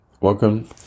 welcome